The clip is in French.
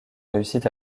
réussit